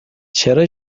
چرا